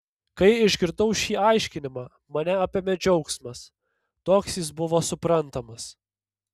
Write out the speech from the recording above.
kai išgirdau šį aiškinimą mane apėmė džiaugsmas toks jis buvo suprantamas